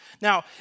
Now